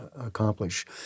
accomplish